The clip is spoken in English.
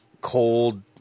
cold